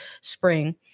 spring